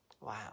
Wow